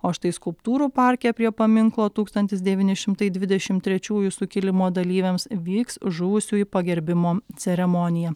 o štai skulptūrų parke prie paminklo tūkstantis devyni šimtai dvidešim trečiųjų sukilimo dalyviams vyks žuvusiųjų pagerbimo ceremonija